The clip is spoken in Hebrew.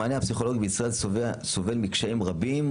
המענה הפסיכולוגי בישראל סובל מקשיים רבים,